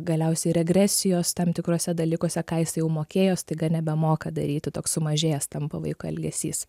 galiausiai regresijos tam tikruose dalykuose ką jisai jau mokėjo staiga nebemoka daryti toks sumažėjęs tampa vaiko elgesys